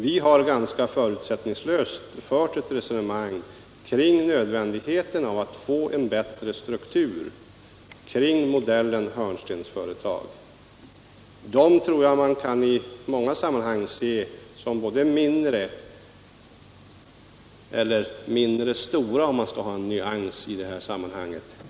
Vi har ganska förutsättningslöst fört ett resonemang kring nödvändigheten av att få en bättre struktur, kring modellen hörnstensföretag, och jag tror att man i många fall kan se dem som mindre eller, om man vill ha en nyans, mindre stora.